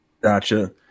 Gotcha